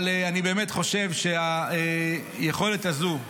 אבל אני באמת חושב שהיכולת הזאת,